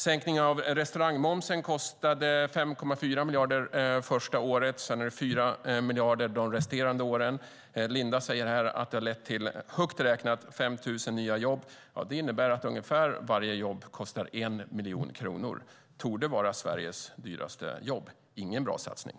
Sänkningen av restaurangmomsen kostade 5,4 miljarder första året. Sedan är det 4 miljarder de resterande åren. Linda säger här att det har lett till, högt räknat, 5 000 nya jobb. Det innebär att varje jobb kostar ungefär 1 miljon kronor. Det torde vara Sveriges dyraste jobb. Det är ingen bra satsning.